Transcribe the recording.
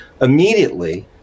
immediately